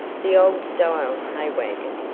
the old-style hay wagon,